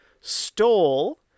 stole